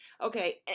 Okay